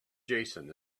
jason